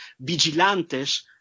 vigilantes